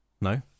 No